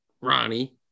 Ronnie